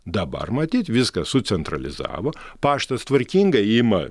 dabar matyt viską sucentralizavo paštas tvarkingai ima